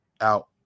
out